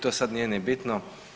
To sad nije ni bitno.